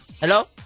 Hello